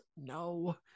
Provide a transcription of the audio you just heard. No